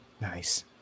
nice